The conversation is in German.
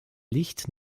licht